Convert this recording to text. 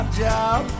job